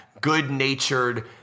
good-natured